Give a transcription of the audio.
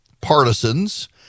partisans